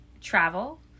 travel